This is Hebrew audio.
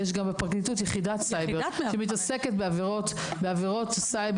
ויש גם בפרקליטות יחידת סייבר שמתעסקת בעבירות סייבר.